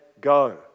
go